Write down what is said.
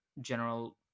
general